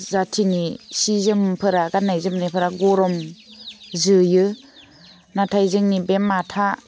जातिनि सि जोमफोरा गान्नाय जोमनायफोरा गर'म जोयो नाथाय जोंनि बे माथा